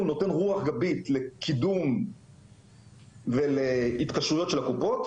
הוא נותן רוח גבית לקידום ולהתקשרויות של הקופות,